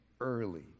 early